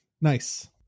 nice